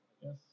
Yes